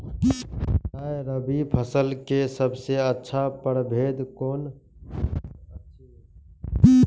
राय रबि फसल के सबसे अच्छा परभेद कोन होयत अछि?